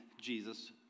Jesus